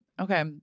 Okay